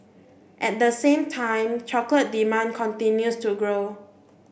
at the same time chocolate demand continues to grow